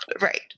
Right